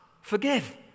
forgive